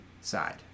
side